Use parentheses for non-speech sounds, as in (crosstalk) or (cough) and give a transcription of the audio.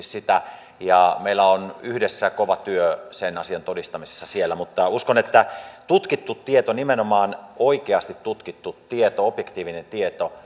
(unintelligible) sitä ja meillä on yhdessä kova työ sen asian todistamisessa siellä mutta uskon että tutkittu tieto nimenomaan oikeasti tutkittu tieto objektiivinen tieto (unintelligible)